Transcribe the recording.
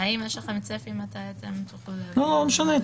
האם יש לכם צפי מתי תוכלו --- לא משנה,